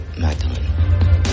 Magdalene